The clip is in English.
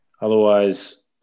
Otherwise